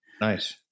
Nice